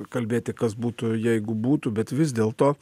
kalbėti kas būtų jeigu būtų bet vis dėlto